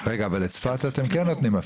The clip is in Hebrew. אבל לצפת אתם כן נותנים.